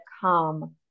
come